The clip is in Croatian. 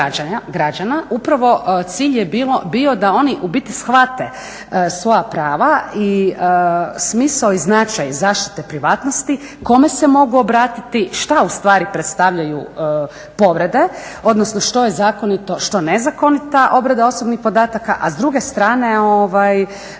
upravo cilj je bio da oni u biti shvate svoja prava i smisao i značaj zaštite privatnosti, kome se mogu obratiti, što u stvari predstavljaju povrede, odnosno što je zakonita, a što nezakonita obrada osobnih podataka, a s druge strane je